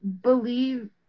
believe